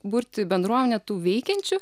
burti bendruomenė tų veikiančių